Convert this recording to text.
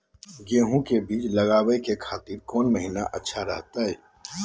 गेहूं के बीज लगावे के खातिर कौन महीना अच्छा रहतय?